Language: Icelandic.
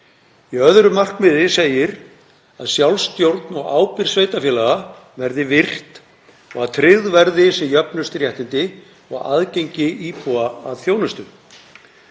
Í öðru markmiði segir að sjálfsstjórn og ábyrgð sveitarfélaga verði virt og að tryggð verði sem jöfnust réttindi og aðgengi íbúa að þjónustu.